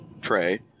tray